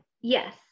yes